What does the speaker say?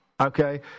Okay